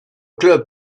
club